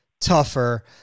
tougher